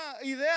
idea